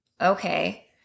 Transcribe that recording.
Okay